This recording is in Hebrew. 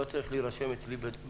לא צריך להירשם אצלי לדיון.